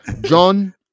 John